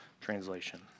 translation